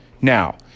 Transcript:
Now